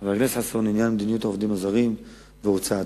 את המדיניות לגבי העובדים הזרים והוצאתם.